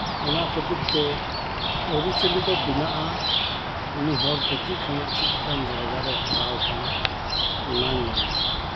ᱚᱱᱟ ᱠᱷᱟᱹᱛᱤᱨ ᱛᱮ ᱟᱹᱚᱪᱟᱞᱤ ᱫᱚ ᱵᱮᱱᱟᱜᱼᱟ ᱩᱱᱤ ᱦᱚᱲ ᱠᱟᱹᱴᱤᱡ ᱠᱷᱚᱱᱟᱜ ᱪᱮᱫᱞᱮᱟᱱ ᱡᱟᱭᱜᱟ ᱨᱮᱭ ᱦᱟᱨᱟᱣᱟᱠᱟᱱᱟ ᱚᱱᱟᱭ ᱧᱮᱞ ᱛᱟᱭᱟ